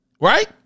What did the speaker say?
Right